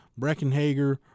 Breckenhager